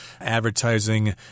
advertising